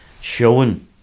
showing